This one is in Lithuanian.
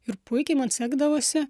ir puikiai man sekdavosi